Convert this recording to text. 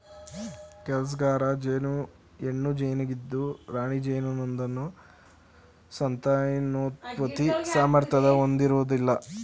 ಕೆಲ್ಸಗಾರ ಜೇನು ಹೆಣ್ಣು ಜೇನಾಗಿದ್ದು ರಾಣಿ ಜೇನುನೊಣದ ಸಂತಾನೋತ್ಪತ್ತಿ ಸಾಮರ್ಥ್ಯನ ಹೊಂದಿರೋದಿಲ್ಲ